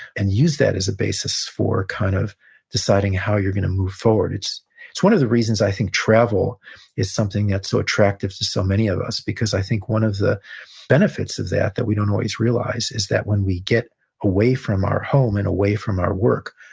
and use that as a basis for kind of deciding how you're going to move forward. it's it's one of the reasons i think travel is something that's so attractive to so many of us, because i think one of the benefits of that, that we don't always realize, is that when we get away from our home and away from our work,